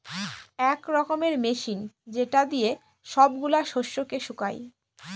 এক রকমের মেশিন যেটা দিয়ে সব গুলা শস্যকে শুকায়